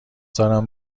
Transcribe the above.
دارم